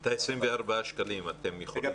את 24 השקלים אתם יכולים כבר להוריד.